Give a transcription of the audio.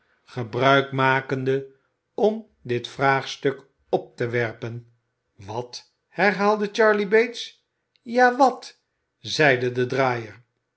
gebruik makende om dit vraagstuk op te werpen wat herhaalde charley bates ja wat zeide de draaier